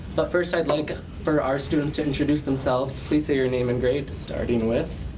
but first, i'd like for our students to introduce themselves. please say your name and grades, starting with.